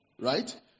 right